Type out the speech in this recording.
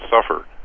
suffer